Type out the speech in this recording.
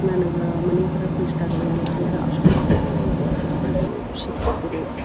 ನನಗ ಮನಿಗೆ ಬರಾಕ್ಕು ಇಷ್ಟ ಆಗಂಗಿಲ್ಲ ಅಂದ್ರ ಅಷ್ಟು ನಾನು ಖುಷಿ ಪಡ್ತೀನಿ